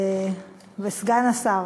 וסגן השר